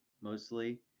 mostly